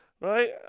right